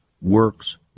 works